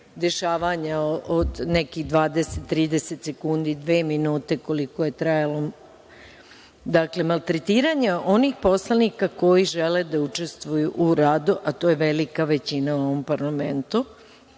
dešavanja od nekih 20,30 sekundi i dve minute koliko je trajalo. Dakle, maltretiranje onih poslanika koji žele da učestvuju u radu, a to je velika većina u ovom parlamentu